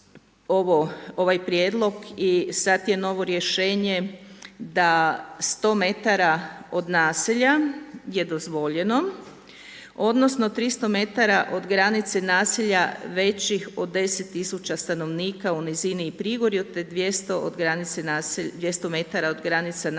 ovaj prijedlog i sada je novo rješenje da 100 metara od naselja je dozvoljeno, odnosno 300 metara od granice naselja većih od 10 tisuća stanovnika u nizini i prigorju te 200 metara od granice naselja